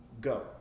go